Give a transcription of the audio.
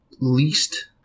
least